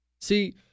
see